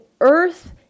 earth